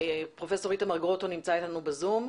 פרופ' איתמר גרוטו נמצא איתנו בזום.